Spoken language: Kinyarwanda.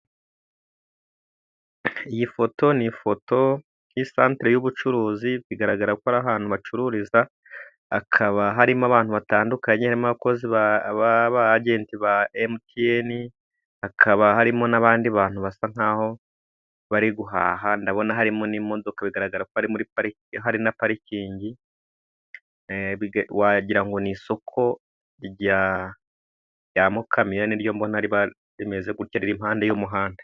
Iyi foto ni ifoto y'isantere y'ubucuruzi. Bigaragara ko ari ahantu bacururiza, hakaba harimo abantu batandukanye harimo abakozi b'abajenti ba MTN, hakaba harimo n'abandi bantu basa nk'aho bari guhaha. Ndabona harimo n'imodoka bigaragara ko ari muri parikingi. Hari na parikingi wagira ngo ni isoko rya Mukamira ni ryo mbona rimeze gutya riri impande y'umuhanda.